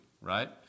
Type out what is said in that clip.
right